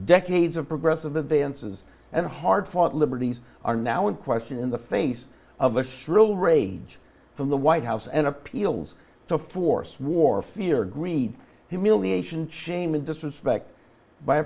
decades of progress of the dances and hard fought liberties are now in question in the face of the shrill rage from the white house and appeals to force war fear greed humiliation shame and disrespect by